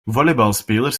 volleybalspelers